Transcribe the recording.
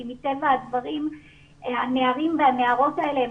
כי מטבע הדברים הנערים והנערות האלה הם